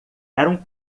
eram